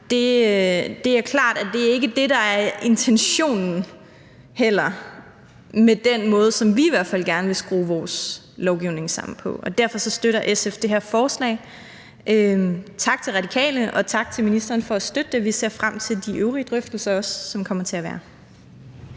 Det er klart, at det ikke er det, der er intentionen heller med den måde, som vi i hvert fald gerne vil skrue lovgivningen sammen på. Derfor støtter SF det her forslag. Tak til Radikale, og tak til ministeren for at støtte det. Vi ser frem til de øvrige drøftelser, som der kommer til at være.